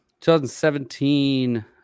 2017